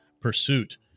pursuit